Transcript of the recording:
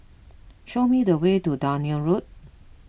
show me the way to Dunearn Road